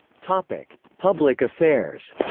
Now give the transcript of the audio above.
public public affairs